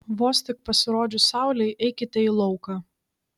vos tik pasirodžius saulei eikite į lauką